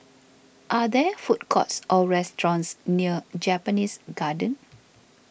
are there food courts or restaurants near Japanese Garden